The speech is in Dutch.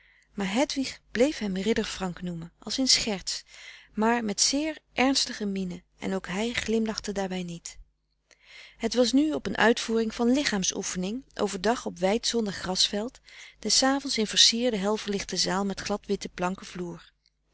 maar hedwig bleef hem ridder frank noemen als in scherts maar met zeer ernstige mienen en ook hij glimlachte daarbij niet het was nu op een uitvoering van lichaamsoefening frederik van eeden van de koele meren des doods overdag op wijd zonnig grasveld des avonds in versierde hel verlichte zaal met glad witten planken vloer